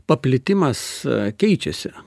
paplitimas keičiasi